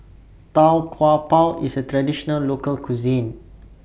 Tau Kwa Pau IS A Traditional Local Cuisine